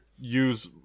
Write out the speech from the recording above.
use